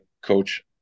coach